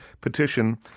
petition